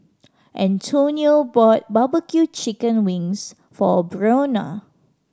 Antonio bought barbecue chicken wings for Breonna